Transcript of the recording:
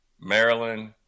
Maryland